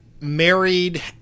Married